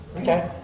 okay